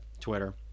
Twitter